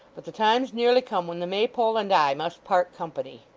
but the time's nearly come when the maypole and i must part company